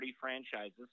franchises